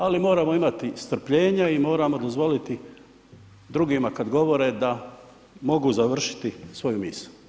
Ali moramo imati strpljenja i moramo dozvoliti drugima kada govore da mogu završiti svoju misao.